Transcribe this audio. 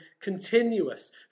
continuous